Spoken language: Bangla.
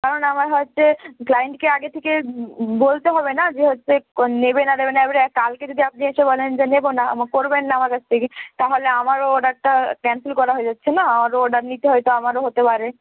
কারণ আমার হচ্ছে ক্লায়েন্টকে আগে থেকে বলতে হবে না যে হচ্ছে নেবে না নেবে না এবারে কালকে যদি আপনি এসে বলেন যে নেব না করবেন না আমার কাছ থেকে তাহলে আমারও অর্ডারটা ক্যানসেল করা হয়ে যাচ্ছে না আরও অর্ডার নিতে হয় তো আমারও হতে পারে